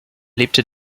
lebte